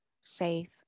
safe